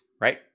right